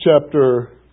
chapter